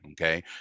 okay